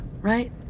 right